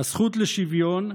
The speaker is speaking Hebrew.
"הזכות לשוויון"